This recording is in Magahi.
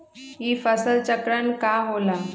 ई फसल चक्रण का होला?